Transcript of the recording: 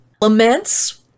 Laments